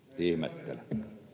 ihmettelen